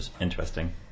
interesting